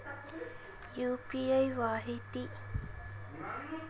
UPI ವಹಿವಾಟಿನ ಮಿತಿ ಎಷ್ಟು ಎಂಬುದು ಗೊತ್ತಿಲ್ಲ? ತಿಳಿಸಿ?